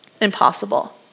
impossible